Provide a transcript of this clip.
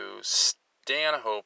Stanhope